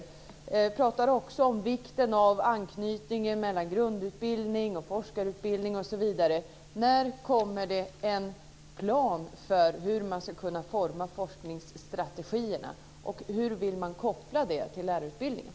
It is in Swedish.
Nils-Erik Söderqvist talar också om vikten av anknytning mellan grundutbildning, forskarutbildning osv. När kommer det en plan för hur man ska kunna forma forskningsstrategierna, och hur vill man koppla dessa till lärarutbildningen?